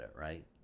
right